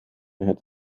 het